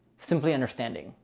simply understanding.